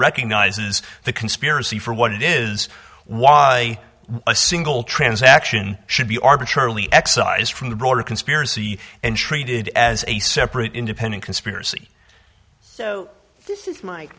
recognizes the conspiracy for what it is why a single transaction should be arbitrarily excised from the broader conspiracy and treated as a separate independent conspiracy so this is my